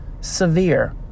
severe